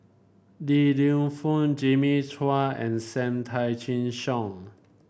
Li Lienfung Jimmy Chua and Sam Tan Chin Siong